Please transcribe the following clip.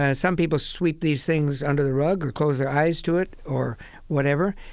and some people sweep these things under the rug or close their eyes to it or whatever.